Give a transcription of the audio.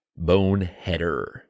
Boneheader